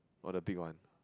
or the big one